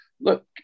look